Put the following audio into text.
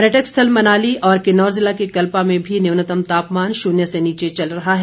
पर्यटन स्थल मनाली और किन्नौर जिला के कल्पा में भी न्यूनतम तापमान शून्य से नीचे चल रहा है